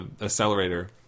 accelerator